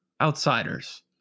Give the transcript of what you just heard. outsiders